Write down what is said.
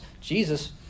Jesus